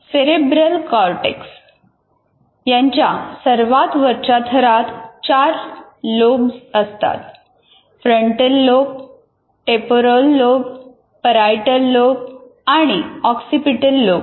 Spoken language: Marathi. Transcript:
सेरेब्रल कॉर्टेक्स याच्या सर्वात वरच्या थरात चार लोब्ज असतात frontal lobe temporal lobe parietal lobe आणि ऑक्सिपिटल लोब